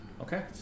Okay